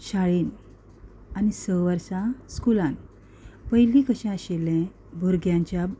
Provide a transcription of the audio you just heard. शाळेंत आनी स वर्सां स्कुलांत पयलीं कशें आशिल्लें भुरग्यांच्या शाळेंत आनी स वर्सां स्कुलांत पयलीं कशें आशिल्लें भुरग्यांच्या